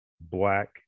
black